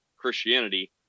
Christianity